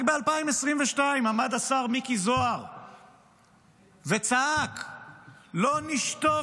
רק ב-2022 עמד השר מיקי זוהר וצעק: לא נשתוק